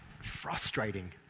frustrating